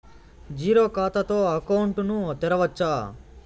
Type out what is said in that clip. Zero ఖాతా తో account ను తెరవచ్చా?